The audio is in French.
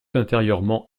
intérieurement